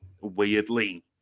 weirdly